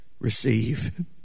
receive